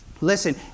Listen